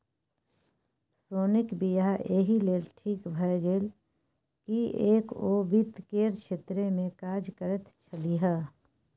सोनीक वियाह एहि लेल ठीक भए गेल किएक ओ वित्त केर क्षेत्रमे काज करैत छलीह